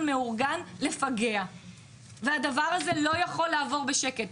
מאורגן לפגע והדבר הזה לא יכול לעבור בשקט,